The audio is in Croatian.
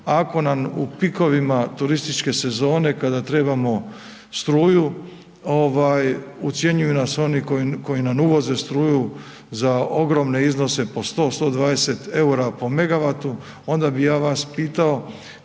ako nam u pikovima turističke sezone kada trebamo struju, ucjenjuju nas oni koji nam uvoze struju za ogromne iznose po 100, 120 eura po megavatu, onda bi ja vas pitao